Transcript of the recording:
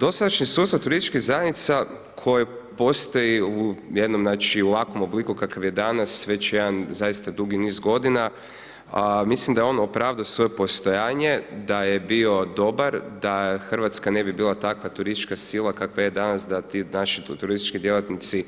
Dosadašnji sustav turističkih zajednica koji postoji u jednom znači ovakvom obliku kakav je danas već jedan zaista dugi niz godina, mislim da je on opravdao svoje postojanje da je bio dobar, da Hrvatska ne bi bila takva turistička sila kakva je danas da ti naši turistički djelatnici